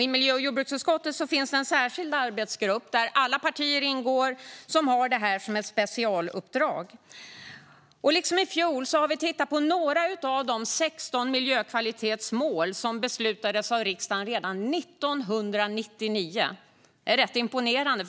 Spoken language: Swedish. I miljö och jordbruksutskottet finns en särskild arbetsgrupp, där alla partier ingår, som har detta som ett specialuppdrag. Liksom i fjol har vi tittat på några av de 16 miljökvalitetsmål som riksdagen beslutade om redan för 20 år sedan, 1999, vilket är rätt imponerande.